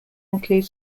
include